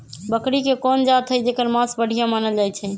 बकरी के कोन जात हई जेकर मास बढ़िया मानल जाई छई?